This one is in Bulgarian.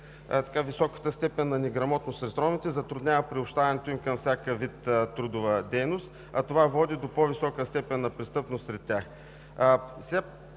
високата степен на неграмотност сред ромите затруднява приобщаването им към всякакъв вид трудова дейност, а това води до по-висока степен на престъпност сред тях.